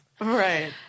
Right